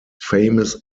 famous